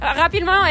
Rapidement